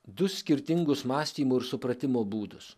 du skirtingus mąstymo ir supratimo būdus